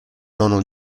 nono